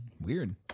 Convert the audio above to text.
Weird